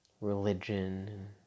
religion